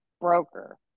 broker